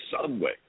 subway